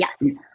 Yes